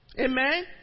Amen